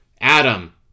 Adam